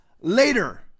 later